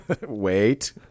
Wait